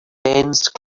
dense